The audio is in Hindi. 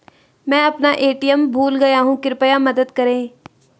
मैं अपना ए.टी.एम भूल गया हूँ, कृपया मदद करें